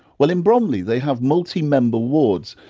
well in bromley they have multi-member wards,